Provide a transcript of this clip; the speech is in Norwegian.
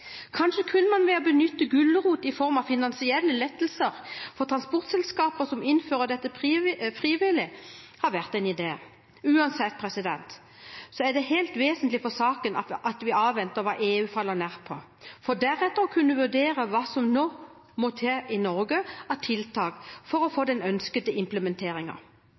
Kanskje kunne det å benytte gulrot i form av finansielle lettelser for transportselskaper som innfører dette frivillig, ha vært en idé. Uansett er det er helt vesentlig for saken at vi avveier hva EU faller ned på, for deretter å kunne vurdere hva som nå må til i Norge av tiltak for å få den ønskede